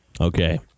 Okay